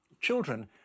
Children